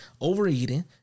overeating